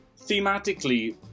thematically